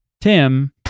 Tim